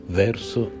verso